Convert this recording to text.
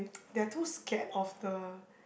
they are too scared of the